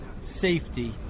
Safety